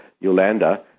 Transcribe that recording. Yolanda